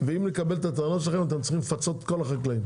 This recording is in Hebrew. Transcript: ואם נקבל את הטענות שלכם אתם צריכים לפצות את כל החקלאים,